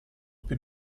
più